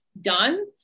done